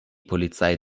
polizei